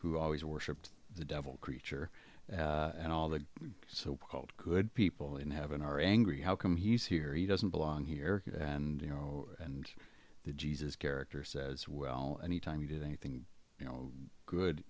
who always worshipped the devil creature and all the so called good people in heaven are angry how come he's here he doesn't belong here and you know and the jesus character says well anytime you do anything you know good